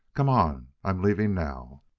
come on, i'm leaving now!